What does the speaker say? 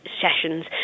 sessions